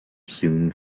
soon